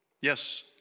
Yes